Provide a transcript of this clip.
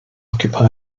occupy